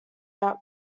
out